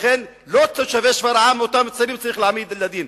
ולכן לא תושבי שפרעם אותם צריך להעמיד לדין,